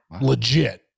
legit